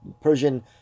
Persian